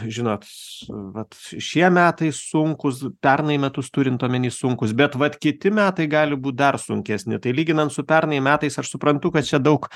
žinot vat šie metai sunkūs pernai metus turint omeny sunkūs bet vat kiti metai gali būt dar sunkesni tai lyginant su pernai metais aš suprantu kad čia daug